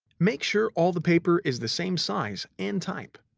make sure all the paper is the same size and type,